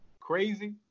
crazy